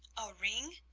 a ring?